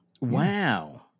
Wow